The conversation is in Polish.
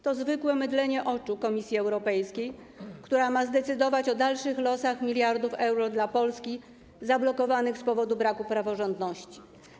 To zwykłe mydlenie oczu Komisji Europejskiej, która ma zdecydować o dalszych losach miliardów euro dla Polski zablokowanych z powodu braku praworządności.